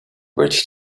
bridge